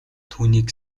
түүнийг